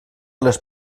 les